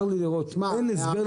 צר לי לראות, אין לי הסבר אחר.